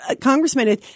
Congressman